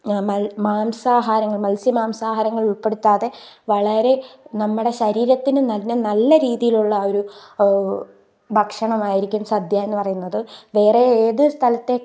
മാംസാഹാരങ്ങൾ മത്സ്യമാംസാഹാരങ്ങൾ ഉൽപ്പെടുത്താതെ വളരെ നമ്മുടെ ശരീരത്തിന് നന്നേ നല്ല രീതിയിലുള്ള ഒരു ഭക്ഷണമായിരിക്കും സദ്യയെന്ന് പറയുന്നത് വേറെ ഏത് സ്ഥലത്തെ